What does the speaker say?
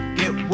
get